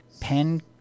pen